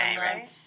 right